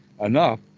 enough